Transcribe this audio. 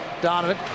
Donovan